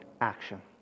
action